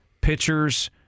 pitchers